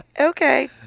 Okay